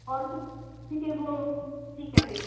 और कुछ ठीक है वह ठीक है फिर